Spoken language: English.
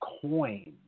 coin